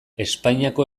espainiako